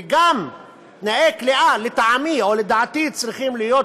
וגם תנאי כליאה, לטעמי, או לדעתי, צריכים להיות